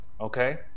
okay